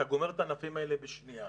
אתה גומר את הענפים האלה בשנייה.